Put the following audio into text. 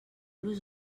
los